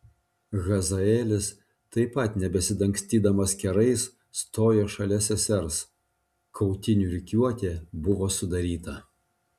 hazaelis taip pat nebesidangstydamas kerais stojo šalia sesers kautynių rikiuotė buvo sudaryta